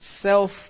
self